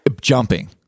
jumping